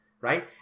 right